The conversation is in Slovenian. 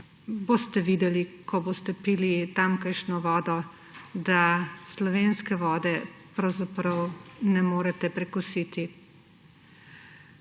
boste videli, ko boste pili tamkajšnjo vodo, da slovenske vode pravzaprav ne morete prekositi.